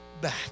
back